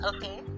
Okay